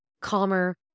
calmer